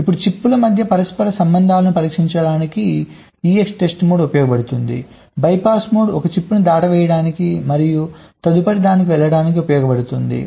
ఇప్పుడు చిప్ల మధ్య పరస్పర సంబంధాలను పరీక్షించడానికి EXTEST మోడ్ ఉపయోగించబడుతుంది BYPASS మోడ్ ఒక చిప్ను దాటవేయడానికి మరియు తదుపరిదానికి వెళ్ళడానికి ఉపయోగించబడుతుంది